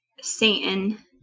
Satan